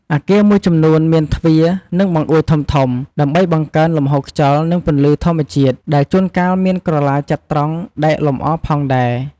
អគារមួយចំនួនមាន ទ្វារ និងបង្អួចធំៗ ដើម្បីបង្កើនលំហូរខ្យល់ និងពន្លឺធម្មជាតិ ដែលជួនកាលមានក្រឡាចត្រង្គដែកលម្អផងដែរ។